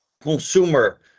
Consumer